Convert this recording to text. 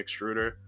extruder